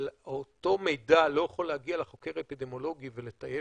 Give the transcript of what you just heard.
אבל אותו מידע לא יכול להגיע לחוקר האפידמיולוגי ולטייב